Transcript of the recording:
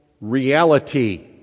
reality